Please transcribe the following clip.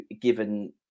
given